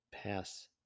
pass